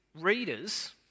readers